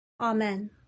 Amen